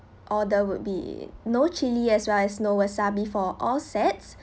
or there would be no chilli as well as no wasabi for all sets